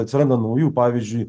atsiranda naujų pavyzdžiui